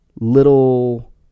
Little